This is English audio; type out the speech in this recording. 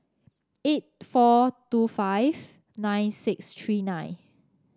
eight four two five nine six three nine